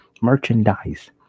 Merchandise